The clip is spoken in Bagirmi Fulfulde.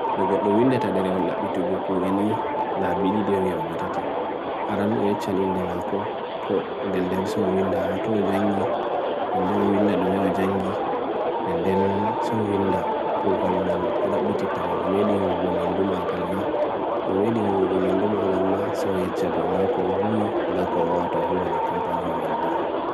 Nugot lo winda tadere wala bitu goku wani laa bidi di yaw yaw gotati, aran uechan indama ko, ko denden so winda ato ojangi, denden so winda dume ojangi, denden so winda kukal ngal, oda bitit tama no medi hu gonan duma agal na, no medi hu gonan duma agal na, so wechad do na ko hui, na ko ow ato huwa na kompan yaw manbo.